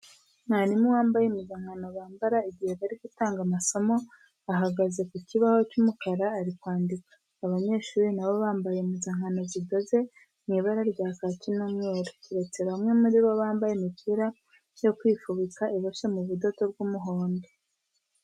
Mwarimu wambaye impuzankano bambara igihe bari gutanga amasomo ahagaze ku kibaho cy'umukara ari kwandika. Abanyeshuri na bo bambaye impuzankano zidoze mu ibara rya kaki n'umweru, keretse bamwe muri bo bambaye imipira yo kwifubika iboshye mu budodo bw'umuhondo.